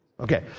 Okay